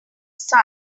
sun